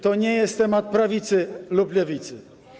To nie jest temat prawicy lub lewicy.